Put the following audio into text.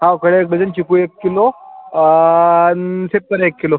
हो केळं एक डझन चिकू एक किलो अन् सेब पण एक किलो